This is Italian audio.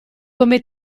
come